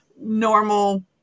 normal